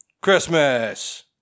Christmas